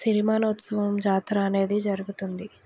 సిరిమానోత్సవం జాతర అనేది జరుగుతుంది